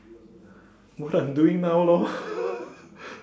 what I'm doing now lor